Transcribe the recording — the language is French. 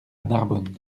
narbonne